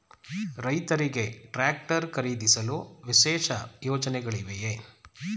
ರೈತರಿಗೆ ಟ್ರಾಕ್ಟರ್ ಖರೀದಿಸಲು ವಿಶೇಷ ಯೋಜನೆಗಳಿವೆಯೇ?